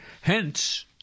Hence